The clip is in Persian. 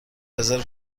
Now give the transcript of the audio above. رزرو